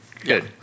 Good